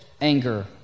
anger